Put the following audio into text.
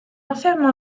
enferment